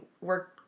work